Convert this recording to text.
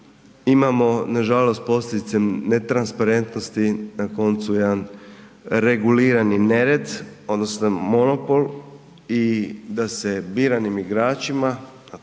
imamo nažalost posljedice netransparentnosti, na koncu jedan regulirani nered odnosno monopol i da se biranim igračima